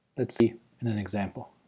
let's see in an example.